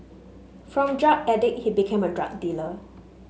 from drug addict he became a drug dealer